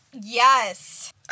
Yes